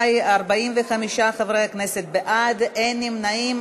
חוק ייצוג הולם לעובדים עם מוגבלות בגופים ציבוריים (תיקוני חקיקה),